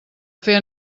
fer